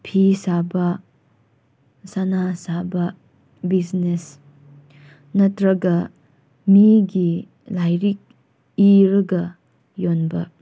ꯐꯤ ꯁꯥꯕ ꯁꯥꯅꯥ ꯁꯥꯕ ꯕꯤꯖꯤꯅꯦꯁ ꯅꯠꯇ꯭ꯔꯒ ꯃꯤꯒꯤ ꯂꯥꯏꯔꯤꯛ ꯏꯔꯒ ꯌꯣꯟꯕ